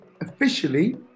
officially